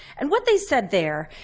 and what they said there,